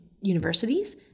universities